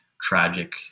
tragic